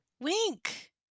Wink